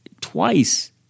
twice